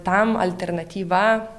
tam alternatyva